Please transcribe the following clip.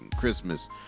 Christmas